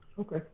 okay